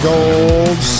Gold